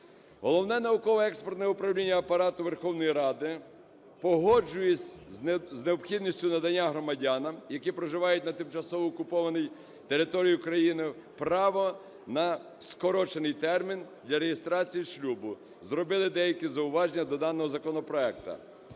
Головне науково-експертне управління Апарату Верховної Ради погоджуючись з необхідністю надання громадянам, які проживають на тимчасово окупованій території України, право на скорочений термін для реєстрації шлюбу, зробили деякі зауваження до даного законопроекту.